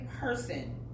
person